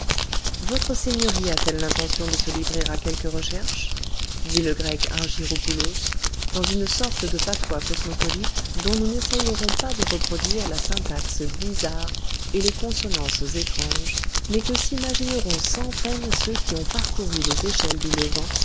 votre seigneurie a-t-elle l'intention de se livrer à quelques recherches dit le grec argyropoulos dans une sorte de patois cosmopolite dont nous n'essaierons pas de reproduire la syntaxe bizarre et les consonances étranges mais que s'imagineront sans peine ceux qui ont parcouru les échelles du levant